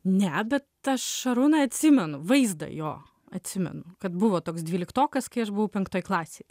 ne bet aš šarūną atsimenu vaizdą jo atsimenu kad buvo toks dvyliktokas kai aš buvau penktoj klasėj